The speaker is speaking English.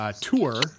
tour